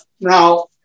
Now